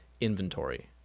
inventory